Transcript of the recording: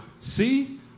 See